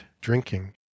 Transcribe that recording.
drinking